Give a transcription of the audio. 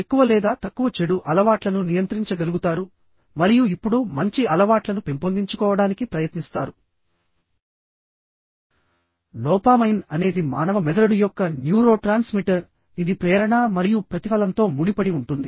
ఎక్కువ లేదా తక్కువ చెడు అలవాట్లను నియంత్రించగలుగుతారు మరియు ఇప్పుడు మంచి అలవాట్లను పెంపొందించుకోవడానికి ప్రయత్నిస్తారు డోపామైన్ అనేది మానవ మెదడు యొక్క న్యూరోట్రాన్స్మిటర్ ఇది ప్రేరణ మరియు ప్రతిఫలంతో ముడిపడి ఉంటుంది